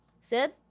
Sid